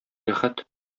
рәхәт